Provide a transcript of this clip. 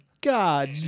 God